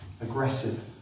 aggressive